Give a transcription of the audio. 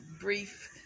brief